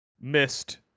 missed